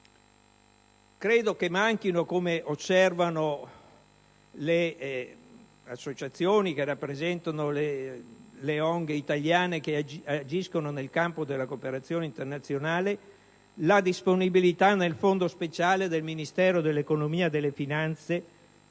Credo che manchi, come osservano le associazioni che rappresentano le ONG italiane che agiscono nel campo della cooperazione internazionale, la disponibilità nel fondo speciale del Ministero dell'economia e delle finanze